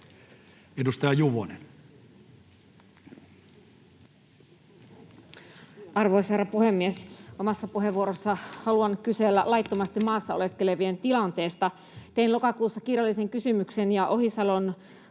Edustaja Juvonen. Arvoisa herra puhemies! Omassa puheenvuorossani haluan kysellä laittomasti maassa oleskelevien tilanteesta. Tein lokakuussa kirjallisen kysymyksen, ja Ohisalon kabinetista